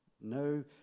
no